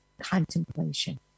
contemplation